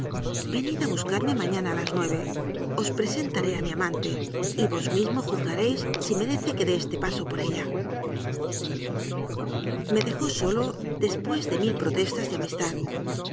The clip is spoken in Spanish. venid a buscarme mañana a las nueve os presentaré a mi amante y vos mismo juzgaréis si merece que dé este paso por ella me dejó solo después de mil protestas de amistad